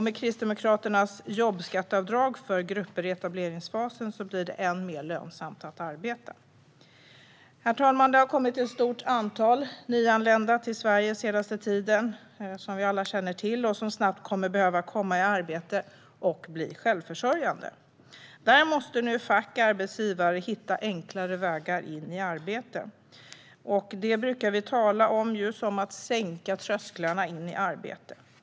Med Kristdemokraternas jobbskatteavdrag för grupper i etableringsfasen blir det ännu mer lönsamt att arbeta. Herr talman! Som vi alla känner till har det kommit ett stort antal nyanlända till Sverige den senaste tiden. De behöver snabbt komma i arbete och bli självförsörjande. Här måste nu fack och arbetsgivare hitta enklare vägar in i arbete. Vi brukar tala om att sänka trösklarna in till arbete.